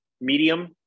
medium